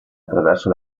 attraverso